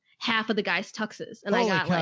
half of the guys tuxes and i got,